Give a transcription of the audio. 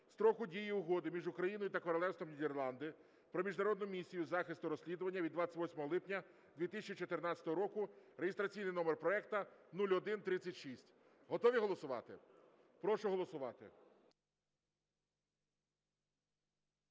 строку дії Угоди між Україною та Королівством Нідерланди про Міжнародну місію захисту розслідування від 28 липня 2014 року (реєстраційний номер проекту 0136). Готові голосувати? Прошу голосувати.